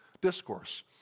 discourse